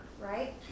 right